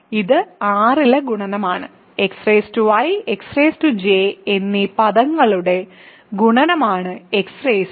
ഇത് R ലെ ഗുണനമാണ് xi xj എന്നീ പദങ്ങളുടെ ഗുണനമാണ് xij